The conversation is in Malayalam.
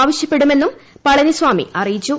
ആവശ്യപ്പെടുമെന്നും പളനിസ്വാമി അറിയിച്ചു